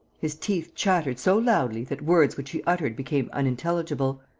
his teeth chattered so loudly that words which he uttered became unintelligible.